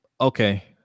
Okay